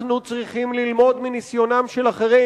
אנחנו צריכים ללמוד מניסיונם של אחרים